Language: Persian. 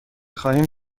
خواهیم